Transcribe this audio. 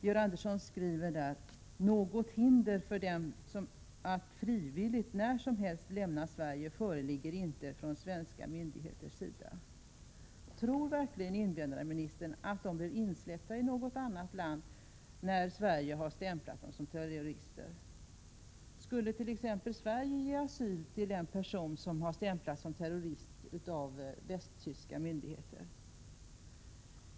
Georg Andersson skriver där: ”Något hinder för dem att frivilligt, när som helst, lämna Sverige föreligger inte från svenska myndigheters sida.” Tror verkligen invandrarministern att de blir insläppta i något annat land, när Sverige har stämplat dem som terrorister? Skulle t.ex. Sverige ge asyl till en person som har stämplats som terrorist av västtyska myndigheter?